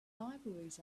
libraries